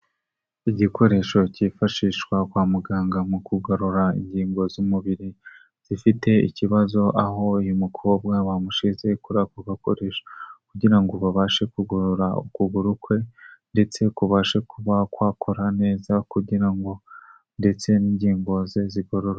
Igikoresho cyifashishwa kwa muganga mu kugarura ingingo z'umubiri zifite ikibazo aho uyu mukobwa bamushyize kuri ako gakoresha kugira ngo babashe kugorora ukuguru kwe ndetse kubabashe kuba kwakora neza kugira ngo ndetse n'ingingo ze zigororwe.